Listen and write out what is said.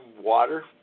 water